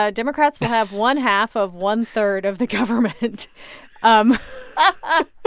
ah democrats will have one-half of one-third of the government um um ah